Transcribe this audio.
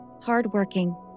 hardworking